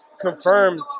confirmed